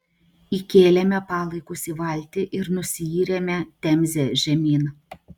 įkėlėme palaikus į valtį ir nusiyrėme temze žemyn